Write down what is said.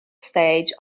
stage